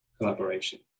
collaboration